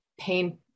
pain